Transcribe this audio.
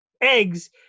eggs